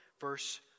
verse